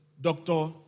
doctor